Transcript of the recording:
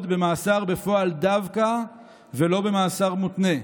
במאסר בפועל דווקא ולא במאסר מותנה.